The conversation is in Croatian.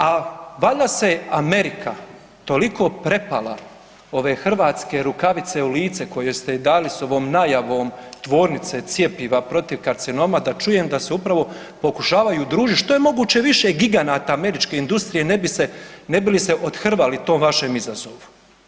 A valjda se Amerika toliko prepala ove hrvatske rukavice u lice koju ste joj dali s ovom najavom tvornice cjepiva protiv karcinoma da čujem da se upravo pokušavaju udružit što je moguće više giganata američke industrije ne bi li se othrvali tom vašem izazovu.